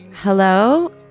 hello